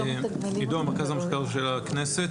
עדו, מרכז המחקר של הכנסת.